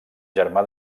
germà